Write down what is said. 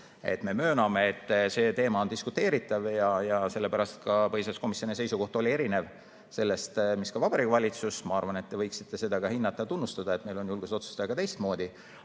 Me mööname, et see teema on diskuteeritav ja sellepärast ka põhiseaduskomisjoni seisukoht oli erinev sellest, mis oli Vabariigi Valitsusel. Ma arvan, et te võiksite seda hinnata ja tunnustada, et meil on julgust otsustada ka teistmoodi.